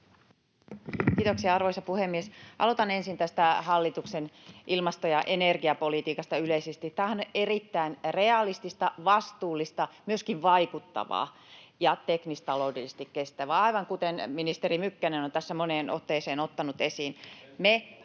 Kiitoksia, arvoisa puhemies! Aloitan ensin tästä hallituksen ilmasto- ja energiapolitiikasta yleisesti. Tämähän on erittäin realistista, vastuullista, myöskin vaikuttavaa ja teknistaloudellisesti kestävää, aivan kuten ministeri Mykkänen on tässä moneen otteeseen ottanut esiin.